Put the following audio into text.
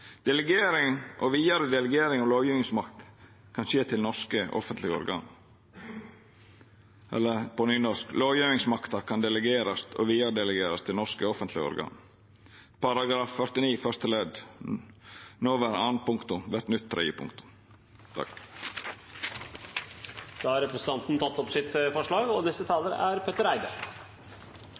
Delegering og videre delegering av lovgivningsmakt kan skje til norske offentlige organer. Lovgjevingsmakta kan delegerast og vidaredelegerast til norske offentlege organ. § 49 første ledd nåværende annet punktum blir nytt tredje punktum.» Eg tek opp forslaget frå Senterpartiet. Representanten Nils T. Bjørke har tatt opp det forslaget han refererte til. Dette forslaget er